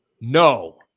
No